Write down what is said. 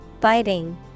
Biting